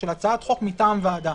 של הצעת חוק מטעם ועדה.